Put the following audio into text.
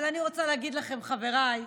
אבל אני רוצה להגיד לכם, חבריי,